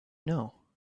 know